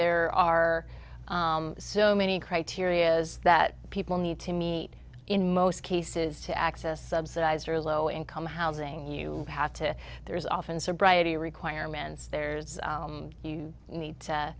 there are so many criteria's that people need to meet in most cases to access subsidized or low income housing you have to there's often sobriety requirements there's you need to